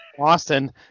austin